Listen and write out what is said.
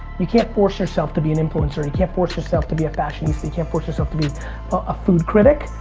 you can't force yourself to be an influencer. you can't force yourself to be a fashionista. you can't force yourself to be a food critic.